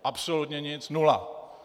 Absolutně nic, nula!